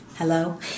Hello